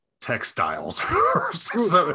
textiles